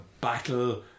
battle